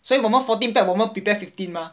所以我们 fourteen 被我们 prepare fifteen 吗